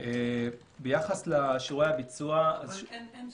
ביחס לשיעורי הביצוע --- אין ספק,